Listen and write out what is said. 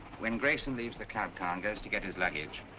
when grayson leaves the club car and goes to get his luggage